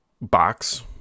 box